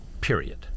period